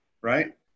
right